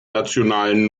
nationalen